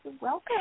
Welcome